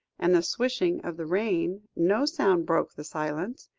and the swishing of the rain, no sound broke the silence,